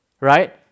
Right